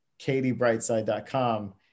katiebrightside.com